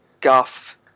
guff